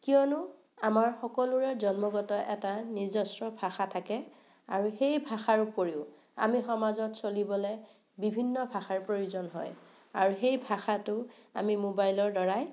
কিয়নো আমাৰ সকলোৰে জন্মগত এটা নিজস্ব ভাষা থাকে আৰু সেই ভাষাৰ ওপৰিও আমি সমাজত চলিবলৈ বিভিন্ন ভাষাৰ প্ৰয়োজন হয় আৰু সেই ভাষাটো আমি মোবাইলৰ দ্বাৰাই